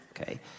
Okay